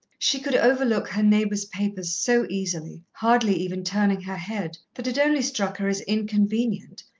she could overlook her neighbour's papers so easily, hardly even turning her head, that it only struck her as inconvenient,